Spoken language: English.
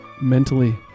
mentally